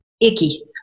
icky